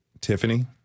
tiffany